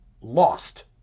lost